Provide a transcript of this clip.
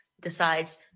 decides